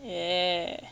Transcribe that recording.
ya